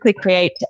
create